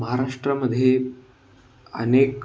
महाराष्ट्रामध्ये अनेक